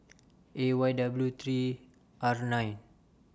A Y W three R nine